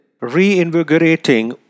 reinvigorating